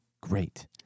great